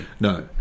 No